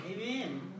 Amen